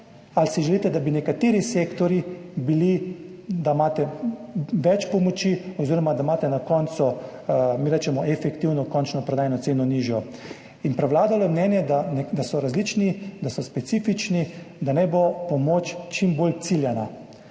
ali si želite, da bi imeli nekateri sektorji več pomoči oziroma da imate na koncu nižjo, mi rečemo temu efektivno končno prodajno ceno. In prevladalo je mnenje, da so različni, da so specifični, da naj bo pomoč čim bolj ciljna.